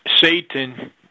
Satan